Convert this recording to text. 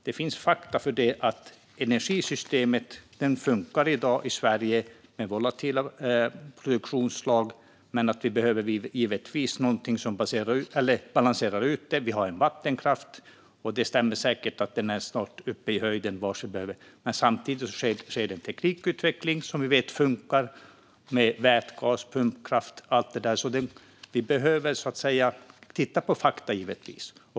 Det finns fakta som säger att energisystemet i Sverige i dag funkar med volatila produktionsslag, men vi behöver givetvis någonting som balanserar det hela. Vi har vattenkraft, och det stämmer säkert att den snart når taket. Samtidigt sker det teknikutveckling som vi vet funkar med vätgas, pumpkraft och allt det där. Vi behöver givetvis titta på fakta.